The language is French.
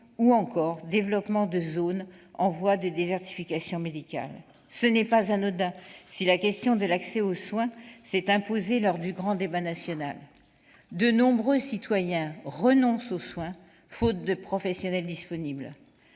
ou encore développement de zones en voie de désertification médicale. Il n'est pas anodin que la question de l'accès aux soins se soit imposée lors du grand débat national. De nombreux citoyens renoncent aux soins faute de professionnels disponibles.